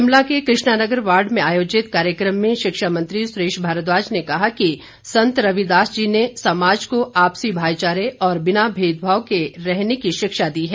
शिमला के कृष्णानगर वार्ड में आयोजित कार्यक्रम में शिक्षा मंत्री सुरेश भारद्वाज ने कहा कि संत रविदास जी ने समाज को आपसी भाईचारे और बिना भेदभाव से रहने की शिक्षा दी है